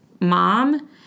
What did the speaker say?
mom